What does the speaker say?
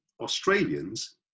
Australians